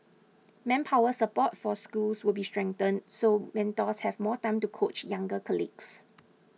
manpower support for schools will be strengthened so mentors have more time to coach younger colleagues